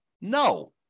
No